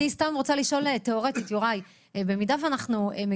אני רוצה לשאול תיאורטית את יוראי אם אנחנו מגיעים